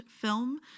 film